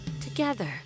together